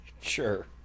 sure